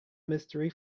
mystery